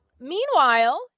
Meanwhile